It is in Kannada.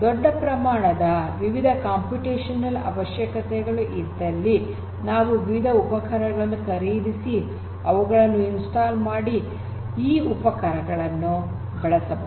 ದೊಡ್ಡ ಪ್ರಮಾಣದ ವಿವಿಧ ಕಂಪ್ಯೂಟೇಷನಲ್ ಅವಶ್ಯಕತೆಗಳು ಇದ್ದಲ್ಲಿ ನಾವು ವಿವಿಧ ಉಪಕರಣಗಳನ್ನು ಖರೀದಿಸಿ ಅವುಗಳನ್ನು ಸ್ಥಾಪಿಸಿ ಈ ಉಪಕರಣಗಳನ್ನು ಬಳಸಬಹುದು